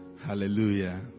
Hallelujah